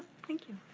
thank you.